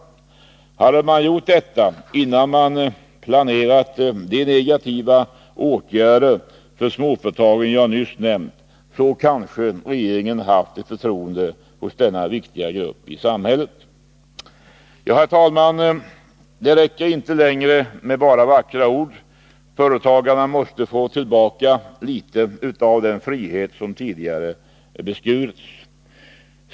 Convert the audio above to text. Hade man gjort detta innan man planerat de negativa åtgärder för småföretagen som jag nyss nämnt, kanske regeringen haft ett förtroende hos denna viktiga grupp i samhället. Herr talman! Det räcker inte längre med bara vackra ord. Företagarna måste få tillbaka litet av den frihet som tidigare beskurits.